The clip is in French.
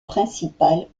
principale